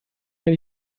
dir